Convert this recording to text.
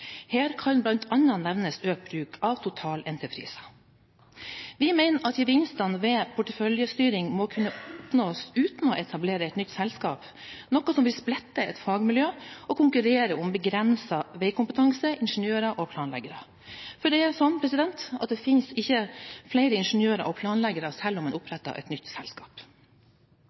Her kan bl.a. nevnes økt bruk av totalentrepriser. Vi mener at gevinstene ved en porteføljestyring må kunne oppnås uten å etablere et nytt selskap, noe som vil splitte et fagmiljø og konkurrere om begrenset veikompetanse, ingeniører og planleggere. For det er slik at det finnes ikke flere ingeniører og planleggere selv om